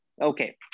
Okay